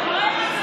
לא יעזור.